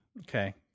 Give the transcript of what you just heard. Okay